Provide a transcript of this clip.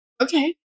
Okay